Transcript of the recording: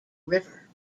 river